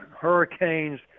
hurricanes